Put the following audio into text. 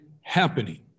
happening